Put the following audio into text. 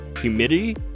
humidity